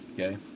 okay